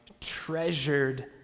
treasured